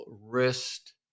wrist